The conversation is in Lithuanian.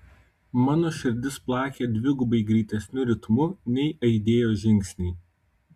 mano širdis plakė dvigubai greitesniu ritmu nei aidėjo žingsniai